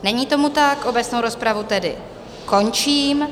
Není tomu tak, obecnou rozpravu tedy končím.